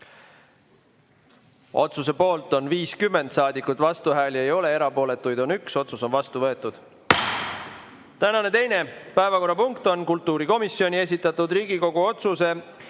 Otsuse poolt on 50 saadikut, vastuhääli ei ole, erapooletuid on 1. Otsus on vastu võetud. Tänane teine päevakorrapunkt on kultuurikomisjoni esitatud Riigikogu otsuse